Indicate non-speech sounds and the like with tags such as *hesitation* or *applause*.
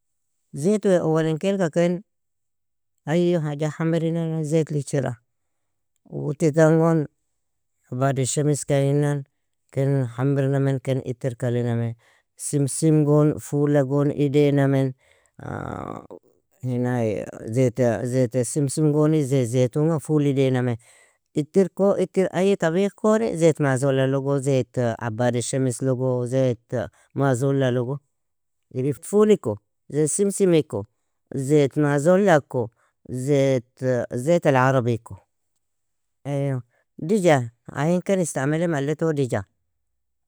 Zait wea uolin kailka ken ayyo haja hamrinana zaitli ichira. Uoti tangon Abad elshamiska innan ken hamrinamen ken itirka alinamen. Simsim gon, fula gon idenamn, *hesitation* zait alsimsim goni zait zeytunga fule idenamen. Itirko itir ayy tabikhkoni zait maazola logo, zait Abad elshamis logo, zait maazola logo. *hesitation* fuliko, zait Simsimiko, zait mazollako, zait alarabiko. Ayo dija, ain ken istaamali mallato dija.